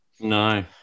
No